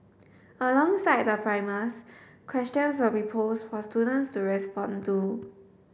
alongside the primers questions will be posed for students to respond to